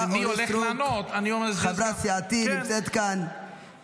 יש גם שר ויש גם סגן